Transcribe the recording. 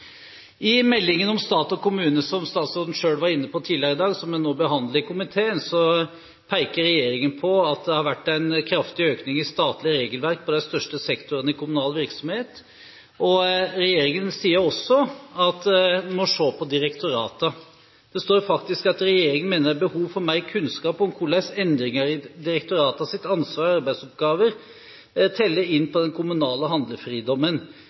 I meldingen om stat og kommune – som statsråden selv var inne på tidligere i dag, og som vi nå behandler i komiteen – peker regjeringen på at det har vært en kraftig økning i statlige regelverk i de største sektorene i kommunal virksomhet. Regjeringen sier også at en må se på direktoratene, og det står: «Regjeringa meiner det er behov for meir kunnskap om korleis endringar i direktorata sitt ansvar og arbeidsoppgåver verker inn på den kommunale